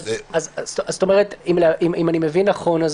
אם אני מבין נכון,